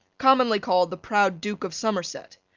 commonly called the proud duke of somerset.